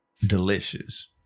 delicious